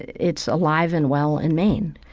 it's alive and well in maine.